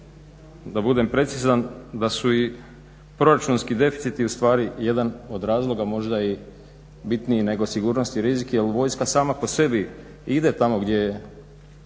da budem precizan da su i proračunski deficiti u stvari jedan od razloga možda i bitniji nego sigurnost i rizik. Jer vojska sama po sebi ide tamo gdje je